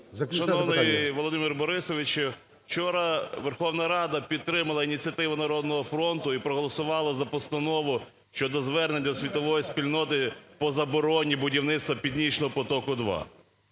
Шановний Володимир Борисович, вчора Верховна Рада підтримала ініціативу "Народного фронту" і проголосувала за Постанову щодо звернень до світової спільноти по забороні будівництва "Північного потоку-2".